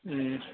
ꯎꯝ